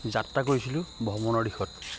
যাত্ৰা কৰিছিলোঁ ভ্ৰমণৰ দিশত